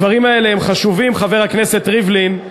הדברים האלה הם חשובים, חבר הכנסת ריבלין,